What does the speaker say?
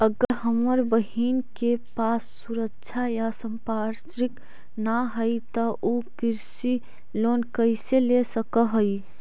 अगर हमर बहिन के पास सुरक्षा या संपार्श्विक ना हई त उ कृषि लोन कईसे ले सक हई?